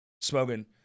smoking